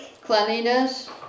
cleanliness